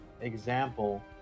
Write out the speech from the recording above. example